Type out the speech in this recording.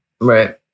Right